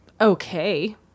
okay